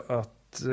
att